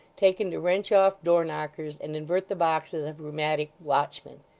taken to wrench off door-knockers, and invert the boxes of rheumatic watchmen!